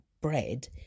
bread